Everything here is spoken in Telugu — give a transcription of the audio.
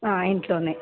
ఇంట్లో